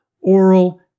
oral